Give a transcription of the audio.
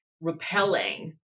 repelling